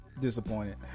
disappointed